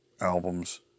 albums